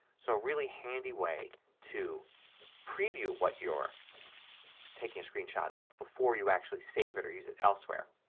so really handy way to preview what you're taking a screen shot of before you actually save it or use it elsewhere.